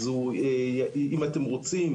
אם אתם רוצים,